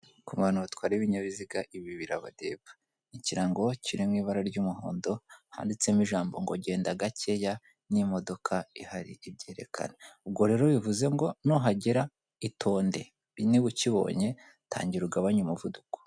Ku bantu batwara ibinyabiziga ibi birabareba. Ikirango kiri mu ibara ry'umuhondo handitsemo ijambo ngo "genda gakeya" n'imodoka ihari ibyerekana. Ubwo rero bivuze ngo nuhagera itonde, niba ukibonye tangira ugabanye umuvuduko.